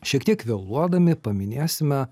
šiek tiek vėluodami paminėsime